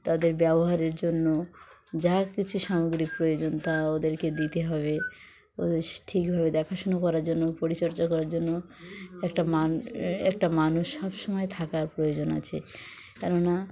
তাদের ব্যবহারের জন্য যা কিছু সামগ্রী প্রয়োজন তা ওদেরকে দিতে হবে ওদের ঠিকভাবে দেখাশুনো করার জন্য পরিচর্যা করার জন্য একটা মান একটা মানুষ সবসময় থাকার প্রয়োজন আছে কেন না